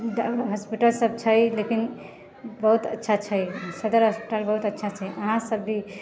हॉस्पिटलसब छै लेकिन बहुत अच्छा छै सदर हॉस्पिटल बहुत अच्छा छै अहाँसब भी